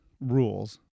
rules